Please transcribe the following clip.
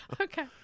Okay